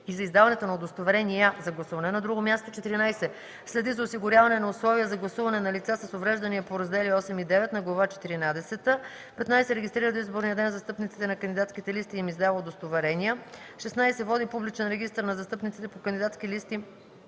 и за издаването на удостоверения за гласуване на друго място; 14. следи за осигуряване на условия за гласуване на лица с увреждания по раздели VIII и IX на глава четиринадесета; 15. регистрира до изборния ден застъпниците на кандидатските листи и им издава удостоверения; 16. води публичен регистър на застъпниците по кандидатски листи